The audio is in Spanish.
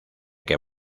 que